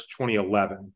2011